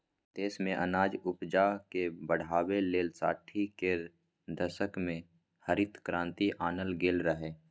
देश मे अनाज उपजाकेँ बढ़ाबै लेल साठि केर दशक मे हरित क्रांति आनल गेल रहय